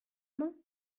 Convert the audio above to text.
mañ